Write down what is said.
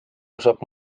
usub